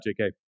JK